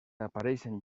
apareixen